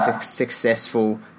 successful